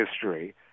history